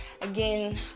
again